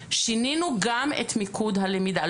שינינו גם את מיקוד הלמידה.